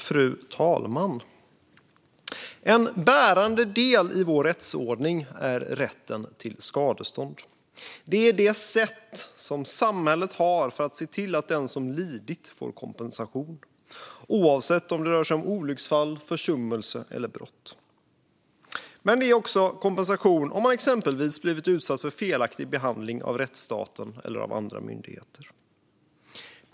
Fru talman! En bärande del i vår rättsordning är rätten till skadestånd. Det är det sätt samhället har för att se till att den som har lidit ska få kompensation, oavsett om det rör sig om olycksfall, försummelse eller brott. Men det är också kompensation om man exempelvis har blivit utsatt för felaktig behandling av rättsstaten eller andra myndigheter.